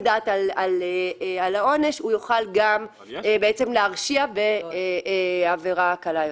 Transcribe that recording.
דעת על העונש הוא יוכל גם להרשיע בעבירה קלה יותר.